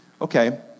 Okay